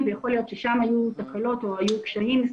ויכול להיות ששם היו תקלות או היו קשיים.